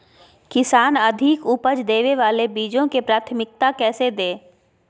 किसान अधिक उपज देवे वाले बीजों के प्राथमिकता कैसे दे?